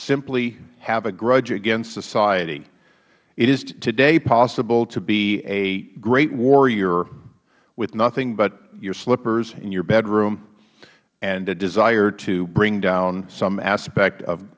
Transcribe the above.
simply have a grudge against society it is today possible to be a great warrior with nothing but your slippers and your bedroom and the desire to bring down some aspect of